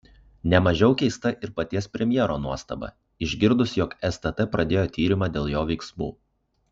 ne mažiau keista ir paties premjero nuostaba išgirdus jog stt pradėjo tyrimą dėl jo veiksmų